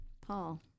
Paul